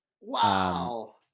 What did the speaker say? Wow